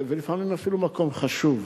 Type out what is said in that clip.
ולפעמים אפילו מקום חשוב.